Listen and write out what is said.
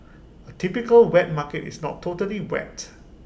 A typical wet market is not totally wet